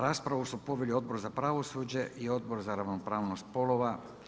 Raspravu su proveli Odbor za pravosuđe i Odbor za ravnopravnost spolova.